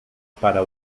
para